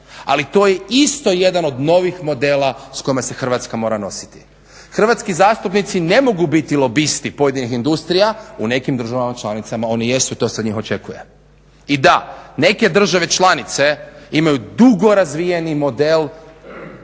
Ali to je isto jedan od novih modela s kojima se Hrvatska mora nositi. Hrvatski zastupnici ne mogu biti lobisti pojedinih industrija, u nekim državama članicama oni jesu i to se od njih očekuje. I da, neke države članice imaju dugo razvijeni model